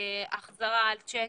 החזרה של צ'קים,